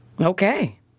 Okay